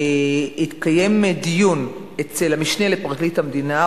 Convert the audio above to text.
התקיים דיון אצל המשנה לפרקליט המדינה,